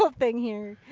ah thing here.